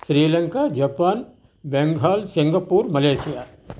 Sri Lanka Japan Bengal Singapore Malaysia